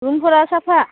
रुमफोरा साफा